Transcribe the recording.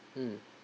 mm